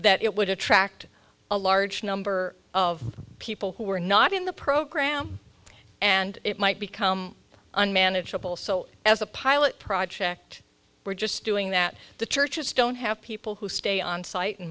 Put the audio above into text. that it would attract a large number of people who were not in the program and it might become unmanageable so as a pilot project we're just doing that the churches don't have people who stay on site and